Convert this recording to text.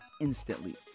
instantly